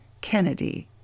Kennedy